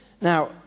Now